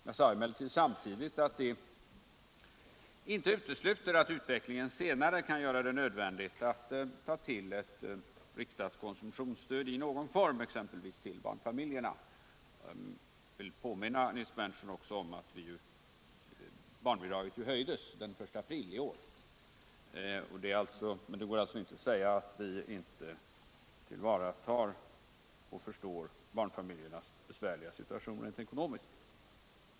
Jag sade emellertid samtidigt att det inte utesluter att utvecklingen senare kan göra det nödvändigt att ta till ett riktat konsumtionsstöd i någon form, exempelvis till barnfamiljerna. Jag vill också påminna Nils Berndtson om att barnbidraget höjdes den 1 april i år. Det går alltså inte att säga att vi inte förstår barnfamiljernas besvärliga situation rent ekonomiskt.